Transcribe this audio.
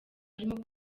barimo